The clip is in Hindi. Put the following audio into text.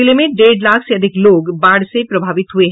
जिले में डेढ़ लाख से अधिक लोग बाढ़ से प्रभावित हुये है